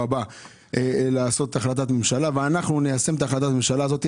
הבא - לקבל החלטת ממשלה ואנחנו ניישם את החלטת הממשלה הזאת.